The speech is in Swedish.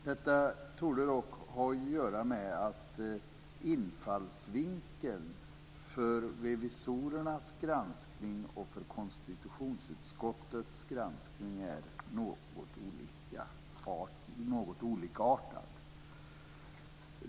Detta torde dock ha att göra med att infallsvinkeln för revisorernas granskning och konstitutionsutskottets granskning är något olikartad.